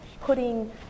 putting